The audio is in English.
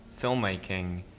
filmmaking